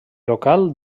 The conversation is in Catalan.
local